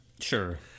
Sure